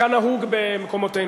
כנהוג במקומותינו.